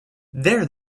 there